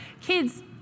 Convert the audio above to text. kids